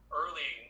early